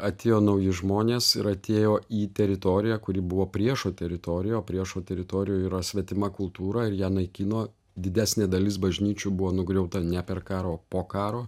atėjo nauji žmonės ir atėjo į teritoriją kuri buvo priešo teritorija o priešo teritorijoj yra svetima kultūra ir ją naikino didesnė dalis bažnyčių buvo nugriauta ne per karo po karo